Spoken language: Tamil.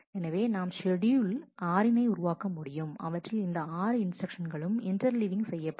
எனவே நாம் ஷெட்யூல் ஆறினை உருவாக்க முடியும் அவற்றில் இந்த ஆறு இன்ஸ்டிரக்ஷன்களும் இன்டர்லிவிங் செய்யப்படும்